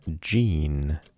gene